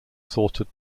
sorted